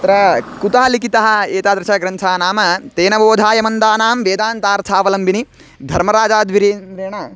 तत्र कुतः लिखितः एतादृशग्रन्थः नाम तेन बोधाय मन्दानां वेदान्तार्थावलम्बिनी धर्मराजाध्वरीन्द्रेण